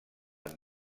amb